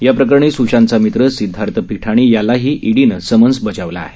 या प्रकरणी स्शांतचा मित्र सिद्धार्थ पिठाणी यालाही ईडीनं समन्स बजावलं आहे